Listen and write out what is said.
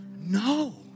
no